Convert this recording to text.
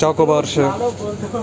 چاکو بار چھِ